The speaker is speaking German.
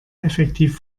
effektiv